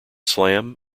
slam